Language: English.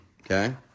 Okay